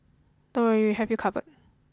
don't worry we have you covered